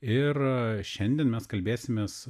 ir šiandien mes kalbėsimės